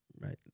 right